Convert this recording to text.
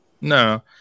No